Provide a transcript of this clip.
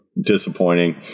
disappointing